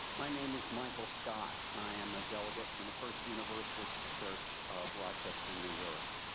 my name is michael scott. i am a delegate from the first universalist church of rochester, new york.